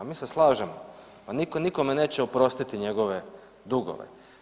Pa mi se slažemo, pa nitko nikome neće oprostiti njegove dugove.